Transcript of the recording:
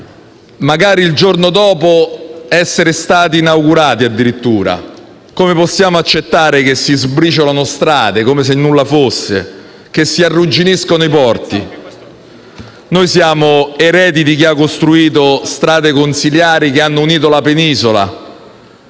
magari il giorno dopo essere stati inaugurati? Come possiamo accettare che si sbriciolino strade come se nulla fosse? Che si arrugginiscano i porti? Noi siamo eredi di chi ha costruito strade consolari che hanno unito la penisola;